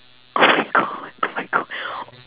oh my god oh my god